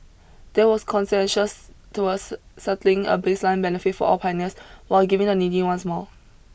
there was consensus towards settling a baseline benefit for all pioneers while giving the needy ones more